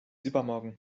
übermorgen